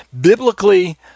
biblically